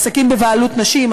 עסקים בבעלות נשים,